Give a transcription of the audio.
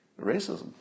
racism